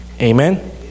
amen